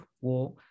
war